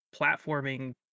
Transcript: platforming